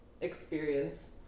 experience